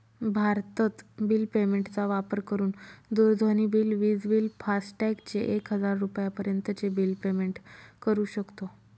भारतत bill payment चा वापर करून दूरध्वनी बिल, विज बिल, फास्टॅग चे एक हजार रुपयापर्यंत चे बिल पेमेंट करू शकतो